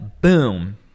boom